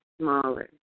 smaller